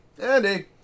Andy